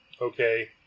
Okay